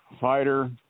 fighter